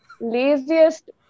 laziest